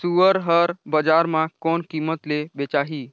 सुअर हर बजार मां कोन कीमत ले बेचाही?